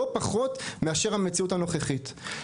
לא פחות מאשר המציאות הנוכחית.